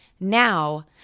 Now